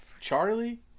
Charlie